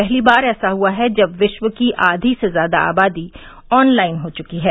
पहली बार ऐसा हथा है जब विश्व की आधी से ज़्यादा आबादी ऑनलाइन हो चुकी है